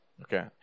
Okay